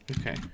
Okay